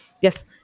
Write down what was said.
Yes